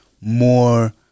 more